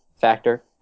factor